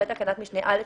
אחרי תקנת משנה (א1),